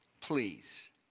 Please